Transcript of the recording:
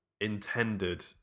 intended